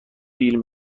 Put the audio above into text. بیل